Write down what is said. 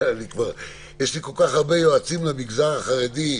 יש לי כל כך הרבה יועצים למגזר החרדי,